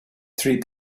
three